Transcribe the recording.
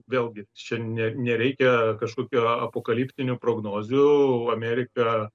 vėlgi čia ne nereikia kažkokio apokaliptinių prognozių amerika